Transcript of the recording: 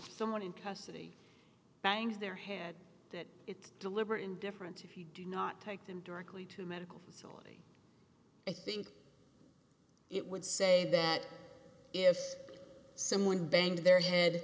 someone in custody bangs their head that it's deliberate indifference if you do not take them directly to medical school i think it would say that if someone banged their head